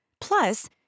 Plus